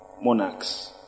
monarchs